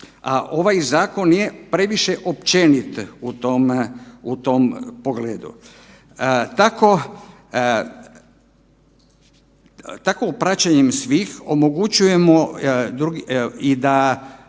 ovaj zakon je previše općenit u tom, u tom pogledu. Tako u praćenjem svih omogućujemo i da